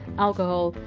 alcohol,